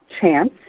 Chance